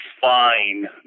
fine